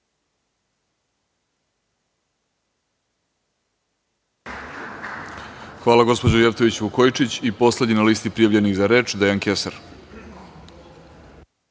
Hvala gospođo Jevtović Vukojičić. Poslednji na listi prijavljenih za reč Dejan Kesar.